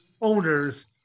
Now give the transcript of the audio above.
owners